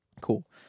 Cool